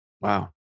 Wow